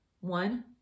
One